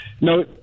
No